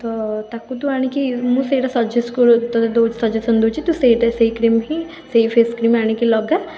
ତ ତାକୁ ତୁ ଆଣିକି ମୁଁ ସେଇଟା ସଜେଷ୍ଟ ତୋତେ ଦେଉଛି ସଜେଶନ୍ ଦେଉଛି ତୁ ସେଇଟା ସେଇ କ୍ରିମ୍ ହିଁ ସେଇ ଫେସ୍ କ୍ରିମ୍ ଆଣିକି ଲଗା